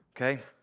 Okay